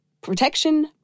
protection